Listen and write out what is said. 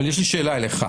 אבל יש לי שאלה אליך,